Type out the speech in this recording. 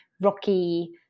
rocky